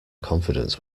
confidence